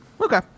Okay